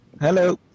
Hello